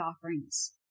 offerings